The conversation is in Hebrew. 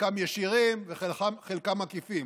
חלקם ישירים וחלקם עקיפים,